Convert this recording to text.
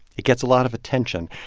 it gets a lot of attention,